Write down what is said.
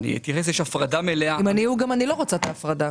אם אני הוא, גם אני לא רוצה את ההפרדה.